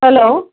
hello